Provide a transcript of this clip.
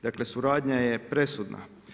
Dakle, suradnja je presudna.